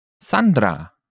Sandra